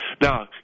Now